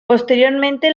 posteriormente